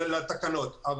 לתקנות.